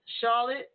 Charlotte